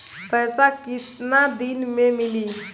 पैसा केतना दिन में मिली?